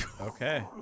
Okay